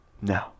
No